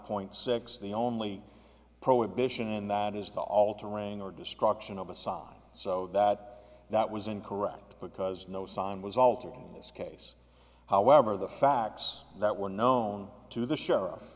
point six the only prohibition and that is the altering or destruction of a sign so that that was incorrect because no sign was altered in this case however the facts that were known to the sheriff